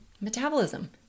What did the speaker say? metabolism